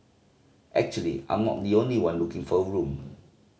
actually I'm not the only one looking for a room